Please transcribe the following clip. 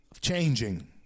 Changing